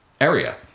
Area